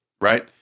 right